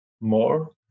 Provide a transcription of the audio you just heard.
more